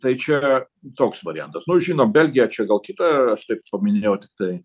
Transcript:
tai čia toks variantas nu žinom belgija čia gal kita aš taip paminėjau tiktai